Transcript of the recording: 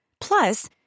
Plus